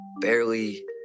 barely